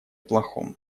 плохом